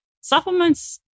supplements